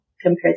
compared